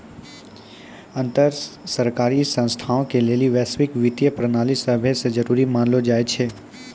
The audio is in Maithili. अन्तर सरकारी संस्थानो के लेली वैश्विक वित्तीय प्रणाली सभै से जरुरी मानलो जाय छै